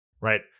right